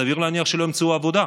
סביר להניח שהם לא ימצאו עבודה,